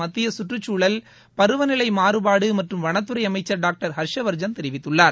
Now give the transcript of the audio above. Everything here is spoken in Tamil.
மத்திய சுற்றுச்சூழல் பருவநிலை மாறுபாடு மற்றும் வனத்துறை அமைச்சர் டாக்டர் ஹர்ஷ்வர்தன் தெரிவித்துள்ளார்